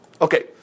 Okay